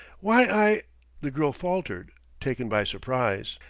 why, i the girl faltered, taken by surprise.